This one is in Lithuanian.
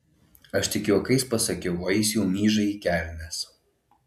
aš tik juokais pasakiau o jis jau myža į kelnes